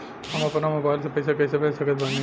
हम अपना मोबाइल से पैसा कैसे भेज सकत बानी?